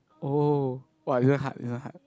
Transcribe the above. oh [wah] this one hard this one hard